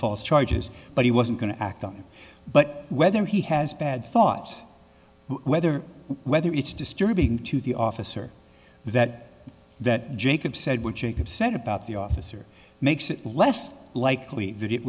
false charges but he wasn't going to act on it but whether he has bad thoughts whether whether it's disturbing to the officer that that jacob said which upset about the officer makes it less likely that it